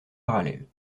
parallèles